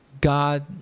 God